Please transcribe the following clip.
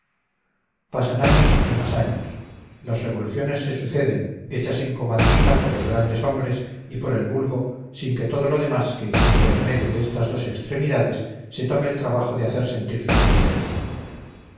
pasan años y más años las revoluciones se suceden hechas en comandita por los grandes hombres y por el vulgo sin que todo lo demás que existe en medio de estas dos extremidades se tome el trabajo de hacer sentir su existencia